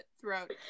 throughout